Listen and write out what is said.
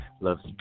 Love's